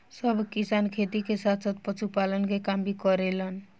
सब किसान खेती के साथ साथ पशुपालन के काम भी करेलन